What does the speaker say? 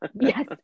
yes